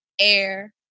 air